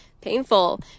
painful